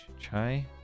Chai